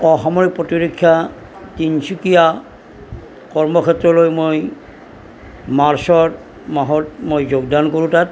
অসামৰিক প্ৰতিৰক্ষা তিনিচুকীয়া কৰ্মক্ষেত্ৰলৈ মই মাৰ্চৰ মাহত মই যোগদান কৰোঁ তাত